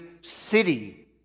city